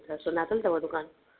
अच्छा सुञातल अथव दुकानु